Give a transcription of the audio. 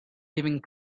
living